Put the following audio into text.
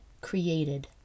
created